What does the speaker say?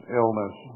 illness